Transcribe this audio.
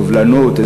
סובלנות,